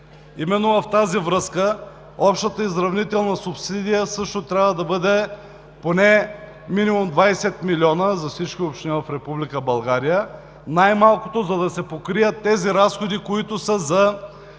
Именно в тази връзка общата изравнителна субсидия също трябва да бъде поне минимум 20 милиона за всички общини в Република България най малкото, за да се покрият тези разходи, които са за